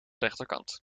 rechterkant